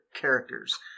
characters